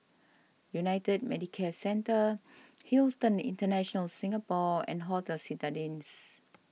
United Medicare Centre Hilton International Singapore and Hotel Citadines